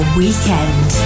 weekend